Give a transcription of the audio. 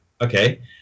okay